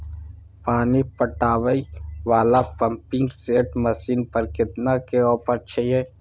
पानी पटावय वाला पंपिंग सेट मसीन पर केतना के ऑफर छैय?